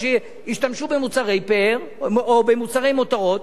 או שישתמשו במוצרי פאר או במוצרי מותרות,